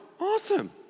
awesome